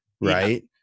right